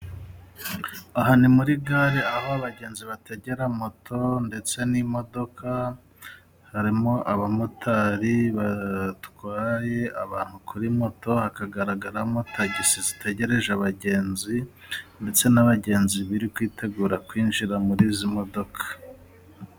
Aha ni muri gare, aho abagenzi bategera moto ndetse n'imodoka, harimo abamotari batwaye abantu kuri moto, hakagaragaramo tagisi zitegereje abagenzi, ndetse n'abagenzi bari kwitegura kwinjira muri izi modoka.